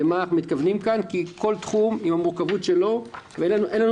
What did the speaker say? כל תחום הוא עם המורכבות שלו ואין לנו